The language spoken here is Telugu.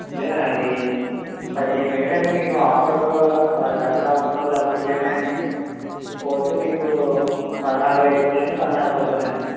లేదు అది పదిహేను వేలండి మీకు ఆఫర్లో దసరా ఆఫరు లేకపోతే ఇఎంఐ అన్నీ పోతే మీకు పదహారు ఐదుకి కానీ పదహారుకి వస్తుందండి